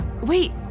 Wait